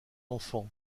enfant